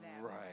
Right